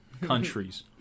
countries